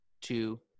two